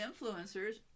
influencers